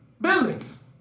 buildings